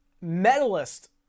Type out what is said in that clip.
Medalist